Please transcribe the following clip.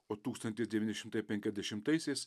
o tūkstantis devyni šimtai penkiasdešimtaisiais